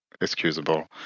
excusable